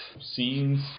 scenes